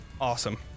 Awesome